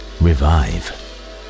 revive